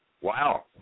Wow